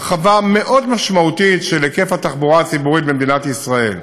הרחבה משמעותית מאוד של היקף התחבורה הציבורית במדינת ישראל,